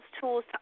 tools